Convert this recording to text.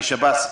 כשב"ס,